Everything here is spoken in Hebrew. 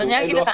אז אני אגיד לך,